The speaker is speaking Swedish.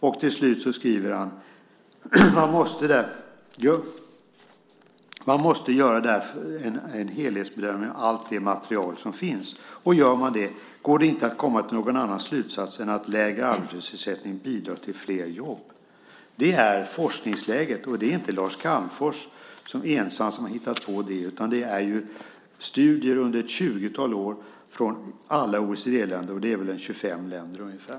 Och slutligen: "Man måste därför alltid göra en helhetsbedömning av allt det material som finns. Gör man det, går det inte att komma till någon annan slutsats än att lägre arbetslöshetsersättning bidrar till fler jobb." Det är forskningsläget, och det är inte Lars Calmfors ensam som hittat på detta, utan det handlar om studier under ett tjugotal år från samtliga OECD-länder. Det är ungefär 25 länder.